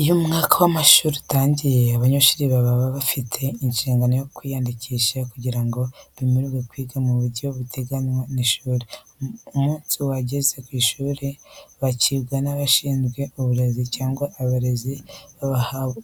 Iyo umwaka w’amashuri utangiye, abanyeshuri baba bafite inshingano yo kwiyandikisha kugira ngo bemererwe kwiga mu buryo buteganywa n’ishuri. Umunsi bageze ku ishuri, bakirwa n’abashinzwe uburezi cyangwa abarezi,